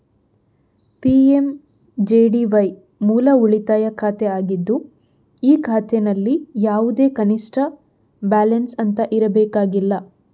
PMJDY ಮೂಲ ಉಳಿತಾಯ ಖಾತೆ ಆಗಿದ್ದು ಈ ಖಾತೆನಲ್ಲಿ ಯಾವುದೇ ಕನಿಷ್ಠ ಬ್ಯಾಲೆನ್ಸ್ ಅಂತ ಇರಬೇಕಾಗಿಲ್ಲ